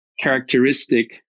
characteristic